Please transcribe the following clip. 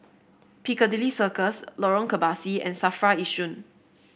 Piccadilly Circus Lorong Kebasi and Safra Yishun